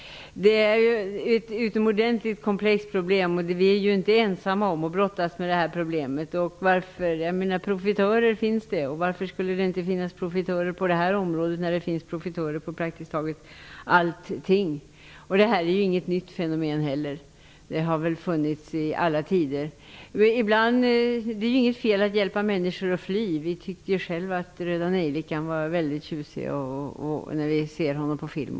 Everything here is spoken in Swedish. Det är ju ett utomordentligt komplext problem, och vi är inte ensamma om att brottas med det. Profitörer finns det, och varför skulle det inte finnas profitörer på det här området när det finns profitörer på praktiskt taget alla områden? Det här är heller inget nytt fenomen; det har väl funnits i alla tider. Det är inget fel med att hjälpa människor att fly. Vi tycker ju själva att Röda Nejlikan är väldigt tjusig när vi ser honom på film.